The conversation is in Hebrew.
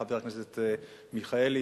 חבר הכנסת מיכאלי,